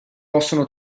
possono